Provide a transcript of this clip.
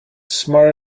smart